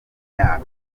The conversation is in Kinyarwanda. myaka